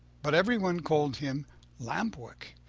but everyone called him lamp-wick,